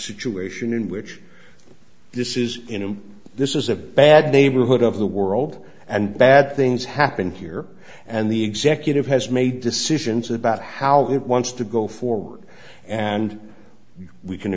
situation in which this is him this is a bad neighborhood of the world and bad things happen here and the executive has made decisions about how it wants to go forward and we can